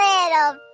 Little